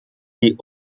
die